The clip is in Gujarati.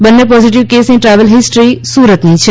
બંન્ને પોઝીટીવ કેસની ટ્રાવેલ હિસ્ટ્રી સુરતની છે